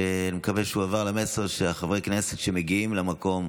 נקווה שהועבר המסר שחברי הכנסת שמגיעים למקום,